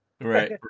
Right